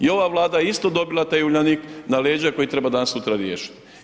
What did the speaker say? I ova Vlada je isto dobila taj Uljanik na leđa koji treba danas sutra riješit.